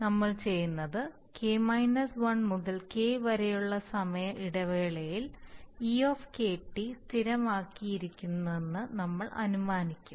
നമ്മൾ ചെയ്യുന്നത് k 1 മുതൽ k വരെയുള്ള സമയ ഇടവേളയിൽ e സ്ഥിരമായിരിക്കുമെന്ന് നമ്മൾ അനുമാനിക്കും